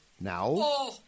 now